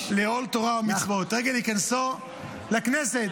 לעול תורה ומצוות, לרגל היכנסו לכנסת.